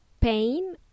pain